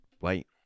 Wait